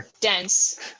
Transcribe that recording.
dense